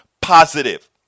positive